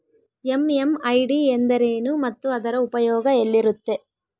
MMID ಎಂದರೇನು ಮತ್ತು ಅದರ ಉಪಯೋಗ ಎಲ್ಲಿರುತ್ತೆ?